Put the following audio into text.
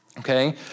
Okay